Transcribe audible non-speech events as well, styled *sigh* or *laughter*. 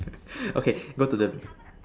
*noise* okay go to the